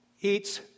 eats